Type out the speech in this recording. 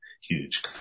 huge